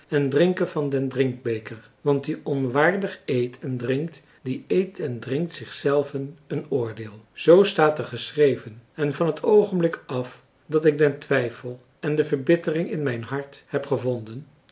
en drinke van den drinkbeker want die onwaardig eet en drinkt die eet en drinkt zich zelven een oordeel zoo staat er geschreven en van het oogenblik af dat ik den twijfel en de verbittering in mijn hart heb gevonden